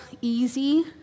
easy